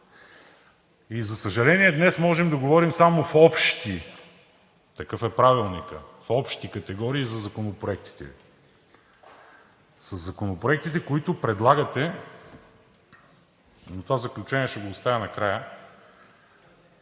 И за съжаление, днес можем за говорим само, такъв е Правилникът, в общи категории за законопроектите Ви. Със законопроектите, които предлагате, това заключение ще го оставя накрая,